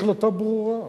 יש החלטה ברורה.